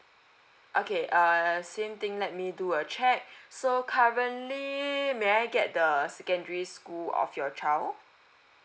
okay err same thing let me do a check so currently may I get the secondary school of your child